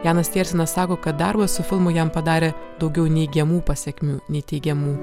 janas tiersinas sako kad darbas su filmu jam padarė daugiau neigiamų pasekmių nei teigiamų